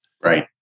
Right